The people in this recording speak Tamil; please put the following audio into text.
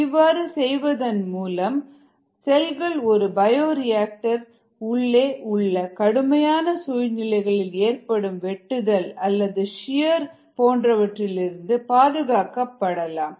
இவ்வாறு செய்வதன் மூலம் செல்கள் ஒரு பயோரியாக்டர் உள்ளே உள்ள கடுமையான சூழ்நிலைகளில் ஏற்படும் வெட்டுதல் அல்லது சியர் போன்றவற்றிலிருந்து பாதுகாக்கப் படலாம்